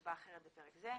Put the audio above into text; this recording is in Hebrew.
נקבע אחרת בפרק זה.